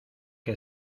que